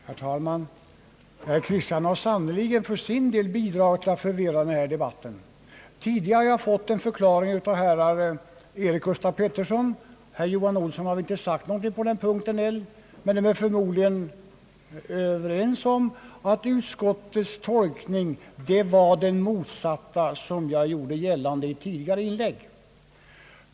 Herr talman! Herr Axel Kristiansson har sannerligen för sin del bidragit till att öka förvirringen i denna debatt. Tidigare har jag fått en förklaring av herr Eric Gustaf Peterson. Herr Johan Olsson har inte sagt något på den punkten än, men de är förmodligen överens om att utskottets tolkning var rakt motsatt den som jag gjorde gällande i ett tidigare inlägg.